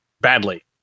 badly